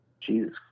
jesus